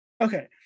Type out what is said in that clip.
okay